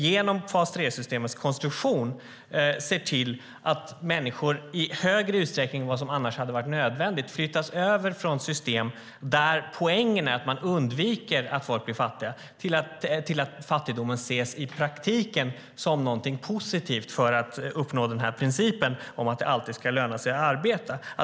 Genom fas 3-systemets konstruktion ser man till att människor i större utsträckning än vad som är nödvändigt flyttas över från ett system där poängen är att undvika att människor blir fattiga till att fattigdomen i praktiken ses som något positivt för att uppnå principen om att det alltid ska löna sig att arbeta.